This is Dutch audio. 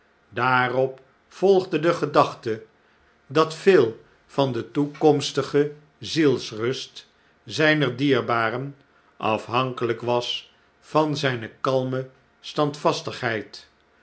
daarop volgde de gedachte dat veel van de toekomstige zielsrust zijner dierbaren afhankelijk was van zijne kalme